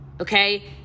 okay